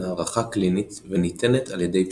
הערכה קלינית וניתנת על-ידי פסיכיאטר.